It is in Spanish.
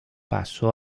paso